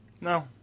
No